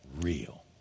real